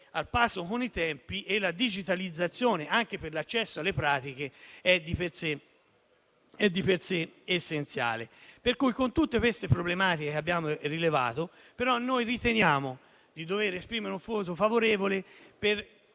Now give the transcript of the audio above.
al passo con i tempi e la digitalizzazione, anche per l'accesso alle pratiche, è essenziale. Nonostante tutte le problematiche che abbiamo rilevato, riteniamo di dover esprimere un voto favorevole,